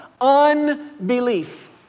Unbelief